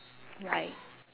like